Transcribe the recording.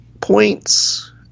points